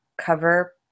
cover